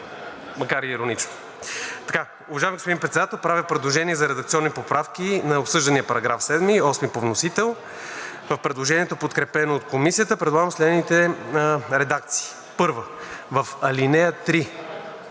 макар и иронично. Уважаеми господин Председател, правя предложение за редакционни поправки на обсъждания § 7 –§ 8 по вносител. В предложението, подкрепено от Комисията, предлагам следните редакции: 1. В ал. 3